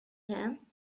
him